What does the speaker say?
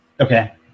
Okay